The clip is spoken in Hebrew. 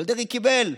אבל דרעי קיבל.